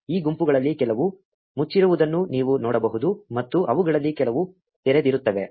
ಈ ಗುಂಪುಗಳಲ್ಲಿ ಕೆಲವು ಮುಚ್ಚಿರುವುದನ್ನು ನೀವು ನೋಡಬಹುದು ಮತ್ತು ಅವುಗಳಲ್ಲಿ ಕೆಲವು ತೆರೆದಿರುತ್ತವೆ